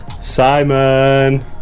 Simon